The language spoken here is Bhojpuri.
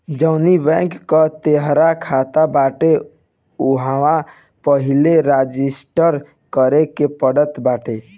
जवनी बैंक कअ तोहार खाता बाटे उहवा पहिले रजिस्टर करे के पड़त बाटे